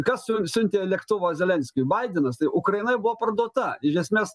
kas siuntė lėktuvo zelenskiui baidenas tai ukrainoj buvo parduota iš esmės